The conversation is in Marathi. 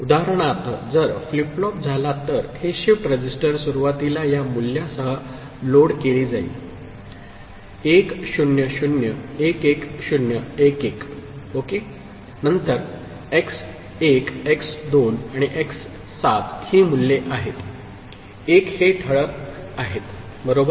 उदाहरणार्थ जर फ्लिप फ्लॉप झाला तर ही शिफ्ट रजिस्टर सुरुवातीला या मूल्यासह लोड केली जाईल 1 0 0 1 1 0 1 1 ओके नंतर x1 x2 आणि x7 ही मूल्ये आहेत एक हे ठळक आहेत बरोबर